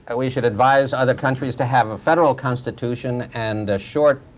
ah we should advise other countries to have a federal constitution and a short